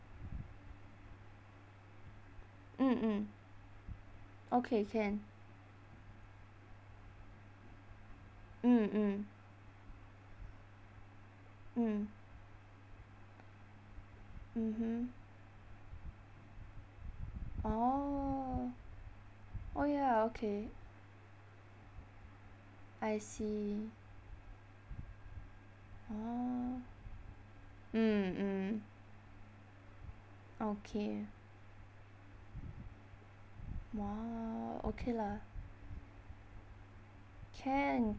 mm mm okay can mm mm mm mmhmm orh oh ya okay I see orh mm mm okay !wah! okay lah can